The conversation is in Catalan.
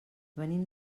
venim